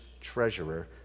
treasurer